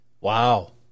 Wow